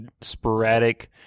sporadic